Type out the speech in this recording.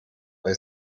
bei